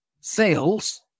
sales